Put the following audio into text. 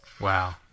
Wow